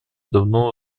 давно